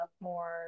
more